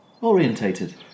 orientated